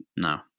no